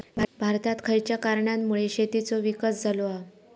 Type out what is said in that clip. भारतात खयच्या कारणांमुळे शेतीचो विकास झालो हा?